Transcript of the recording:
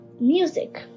music